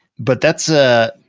but that's a,